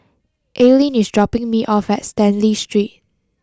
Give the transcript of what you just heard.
Aileen is dropping me off at Stanley Street